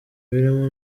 birimo